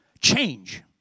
Change